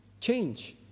change